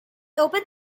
open